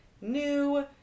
new